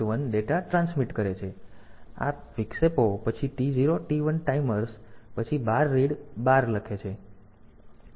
1 data transmit કરે છે પછી આ વિક્ષેપ પછી T0 T1 ટાઈમર્સ પછી બાર રીડ બાર લખે છે